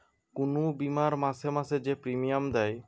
কুনু বীমার মাসে মাসে যে প্রিমিয়াম দেয়